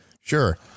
sure